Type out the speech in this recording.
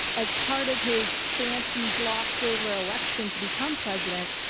as part of his fancy, glossed-over election to become president,